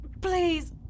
Please